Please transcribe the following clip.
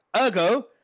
Ergo